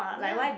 ya